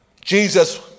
Jesus